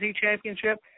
championship